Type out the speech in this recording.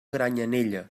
granyanella